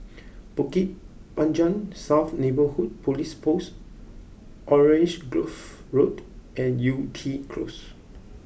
Bukit Panjang South Neighbourhood Police Post Orange Grove Road and Yew Tee Close